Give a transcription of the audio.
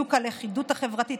חיזוק הלכידות החברתית,